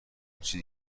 چیزی